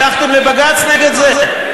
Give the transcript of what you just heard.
הלכתם לבג"ץ נגד זה.